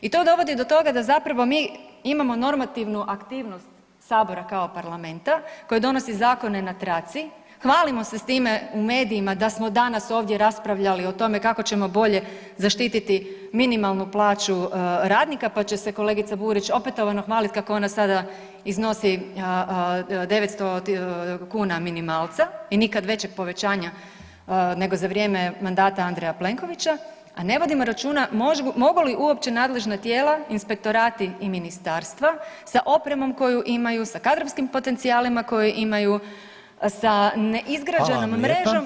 I to dovodi do toga da zapravo mi imamo normativnu aktivnost Sabora kao parlamenta koji donosi zakone na traci, hvalimo se s time u medijima da smo danas ovdje raspravljali o tome kako ćemo bolje zaštititi minimalnu plaću radnika, pa će se kolegica Burić opetovano hvaliti kako ona sada iznosi 900 kuna minimalca i nikad većeg povećanja nego za vrijeme mandata Andreja Plenkovića, a ne vodimo računa mogu li uopće nadležna tijela, inspektorati i ministarstva sa opremom koju imaju, sa kadrovskim potencijalima koje imaju, sa neizgrađenom mrežom